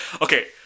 Okay